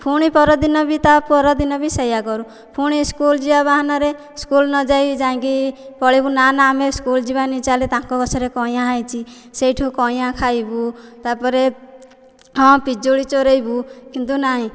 ପୁଣି ପର ଦିନ ବି ତା' ପର ଦିନ ବି ସେଇୟା କରୁ ପୁଣି ସ୍କୁଲ୍ ଯିବା ବାହାନାରେ ସ୍କୁଲ୍ ନ ଯାଇ ଯାଇକି ପଳେଇବୁ ନା ନା ଆମେ ସ୍କୁଲ୍ ଯିବାନି ଚାଲେ ତାଙ୍କ ଗଛରେ କଇଁଆ ହେଇଛି ସେଉଠୁ କଇଁଆ ଖାଇବୁ ତା'ପରେ ହଁ ପିଜୁଳି ଚୋରାଇବୁ କିନ୍ତୁ ନାଇଁ